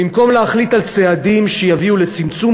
במקום להחליט על צעדים שיביאו לצמצום